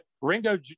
Ringo